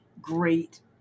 great